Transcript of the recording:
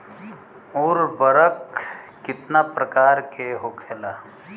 उर्वरक कितना प्रकार के होखेला?